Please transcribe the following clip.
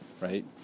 right